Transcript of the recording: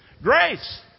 Grace